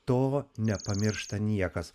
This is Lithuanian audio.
to nepamiršta niekas